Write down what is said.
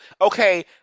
Okay